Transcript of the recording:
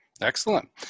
Excellent